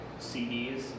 CDs